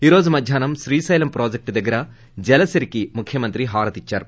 ఈ రోజు మధ్యాహ్నం శ్రీకైలం ప్రాజెక్టు దగ్గర జలసిరికి ముఖ్యమంత్రి హారతి ఇద్సారు